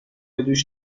دوش